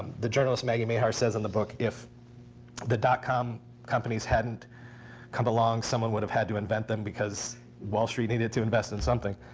the journalist maggie mahar says in the book, if the dot-com companies hadn't come along, someone would have had to invent them, because wall street needed to invest in something.